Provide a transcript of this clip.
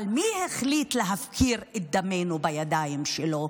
אבל מי החליט להפקיר את דמנו בידיים שלו,